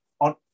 on